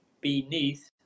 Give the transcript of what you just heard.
beneath